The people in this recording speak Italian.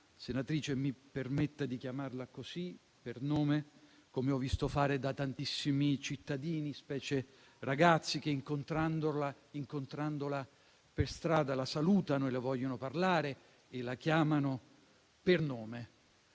Senatrice, mi permetta di chiamarla per nome, Liliana, come ho visto fare da tantissimi cittadini, specie ragazzi che, incontrandola per strada, la salutano, le vogliono parlare e la chiamano per nome;